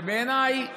בעיניי